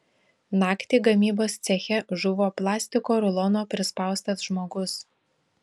naktį gamybos ceche žuvo plastiko rulono prispaustas žmogus